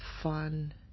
fun